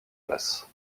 place